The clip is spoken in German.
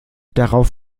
darauf